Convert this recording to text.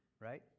right